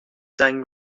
زنگ